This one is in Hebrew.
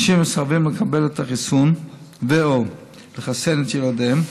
אנשים המסרבים לקבל את החיסון ו/או לחסן את ילדיהם